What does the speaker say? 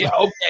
okay